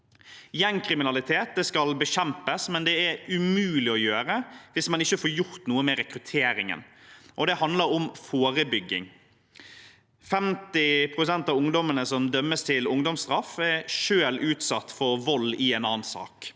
Gjengkriminalitet skal bekjempes, men det er umulig å gjøre hvis man ikke får gjort noe med rekrutteringen. Det handler om forebygging. 50 pst. av ungdommene som dømmes til ungdomsstraff, er selv utsatt for vold i en annen sak.